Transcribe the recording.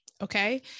Okay